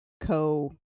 co